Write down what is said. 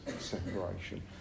separation